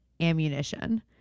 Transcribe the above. ammunition